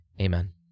Amen